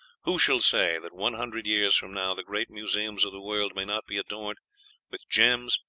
who shall say that one hundred years from now the great museums of the world may not be adorned with gems,